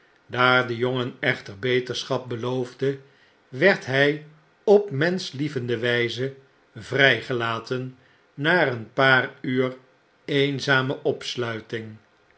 wegens oneerbiedigheid daardejongen eehter beterschap beloofde werd hfl op menschlievende wijze vrflgelaten na een paar uur eenzame opsluiting